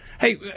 Hey